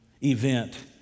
event